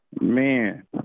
Man